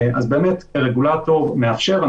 אז באמת הרגולטור מאפשר.